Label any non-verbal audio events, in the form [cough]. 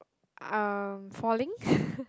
um falling [laughs]